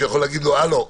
שיכול להגיד לו: הלו,